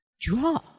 Draw